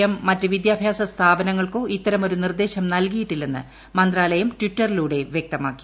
M മറ്റ് വിദ്യാഭ്യാസ സ്ഥാപനങ്ങൾക്കോ ഇത്തരമൊരു നിർദ്ദേശം നൽകിയിട്ടില്ലെന്ന് മന്ത്രാലയം ട്വിറ്ററിലൂടെ വൃക്തമാക്കി